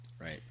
Right